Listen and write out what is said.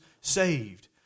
saved